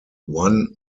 one